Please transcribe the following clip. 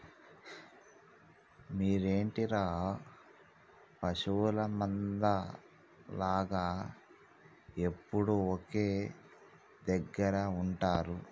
మీరేంటిర పశువుల మంద లాగ ఎప్పుడు ఒకే దెగ్గర ఉంటరు